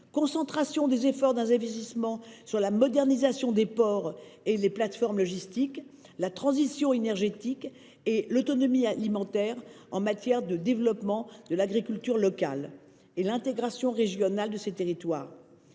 concentrer les efforts d’investissement sur la modernisation des ports et des plateformes logistiques, ainsi que sur la transition énergétique et l’autonomie alimentaire, afin de développer l’agriculture locale ; œuvrer à l’intégration régionale de ces territoires.